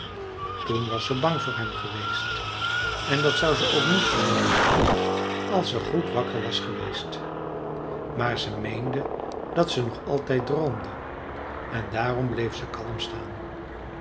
toen was ze bang voor hem geweest en dat zou ze ook nu geworden zijn als ze goed wakker was geweest maar ze meende dat ze nog altijd droomde en daarom bleef ze kalm staan